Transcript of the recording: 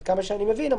עד כמה שאני מבין,